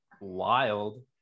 wild